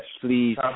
Please